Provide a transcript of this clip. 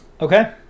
Okay